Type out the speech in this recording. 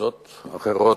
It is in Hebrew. לקבוצות אחרות,